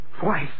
Twice